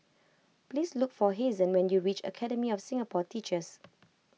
please look for Hazen when you reach Academy of Singapore Teachers